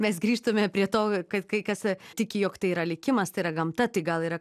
mes grįžtume prie to kad kai kas tiki jog tai yra likimas tai yra gamta tai gal yra